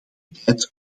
tijd